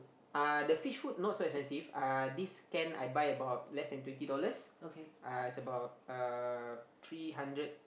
uh the fish food not so expensive uh this can I buy about less than twenty dollars uh is about uh three hundred